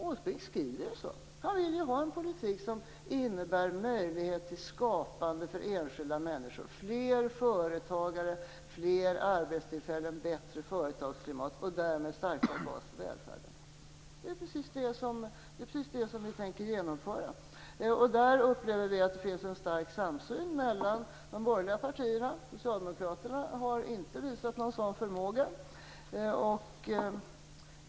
Åsbrink skriver ju så; han vill ju ha en politik som innebär möjlighet till skapande för enskilda människor, fler företagare, fler arbetstillfällen, bättre företagsklimat och därmed en starkare bas för välfärden. Det är precis det som vi tänker genomföra. Där upplever vi att det finns en stark samsyn mellan de borgerliga partierna. Socialdemokraterna har inte visat någon sådan förmåga.